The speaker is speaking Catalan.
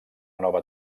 nova